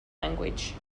language